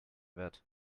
wird